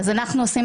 אז אנחנו עושים